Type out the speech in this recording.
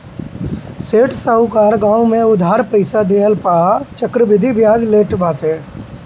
सेठ साहूकार गांव में उधार पईसा देहला पअ चक्रवृद्धि बियाज लेत बाने